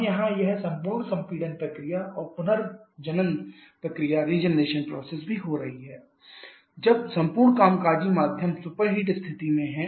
अब यहां यह संपूर्ण संपीड़न प्रक्रिया और पुनर्जनन प्रक्रिया भी हो रही है जब संपूर्ण कामकाजी माध्यम सुपरहीट स्थिति में है